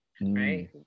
right